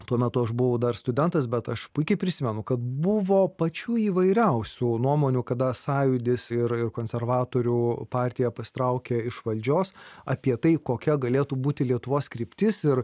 tuo metu aš buvau dar studentas bet aš puikiai prisimenu kad buvo pačių įvairiausių nuomonių kada sąjūdis yra ir konservatorių partija pasitraukė iš valdžios apie tai kokia galėtų būti lietuvos kryptis ir